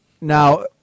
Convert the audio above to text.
Now